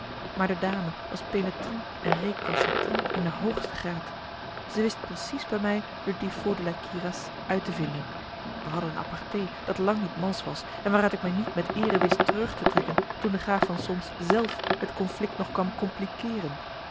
maar de dame was pénétrant en récalcitrant in den hoogsten graad zij wist precies bij mij le défaut de la cuirasse uit te vinden wij hadden een aparté dat lang niet malsch was en waaruit ik mij niet met eere wist terug te trekken toen de graaf van solms zelf het conflict nog kwam